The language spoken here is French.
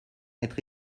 être